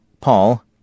Paul